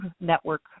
network